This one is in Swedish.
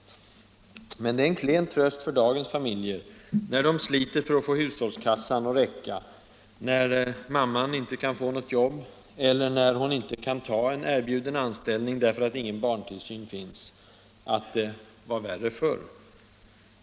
Men att det var värre förr är en klen tröst för dagens familjer, när de sliter för att få hushållskassan att räcka, när mamman inte kan få något jobb eller när hon inte kan ta en erbjuden anställning därför att ingen barntillsyn finns.